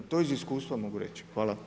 To iz iskustva mogu reći.